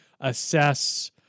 Assess